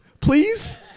please